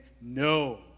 no